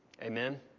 Amen